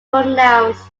pronounced